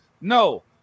No